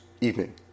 Evening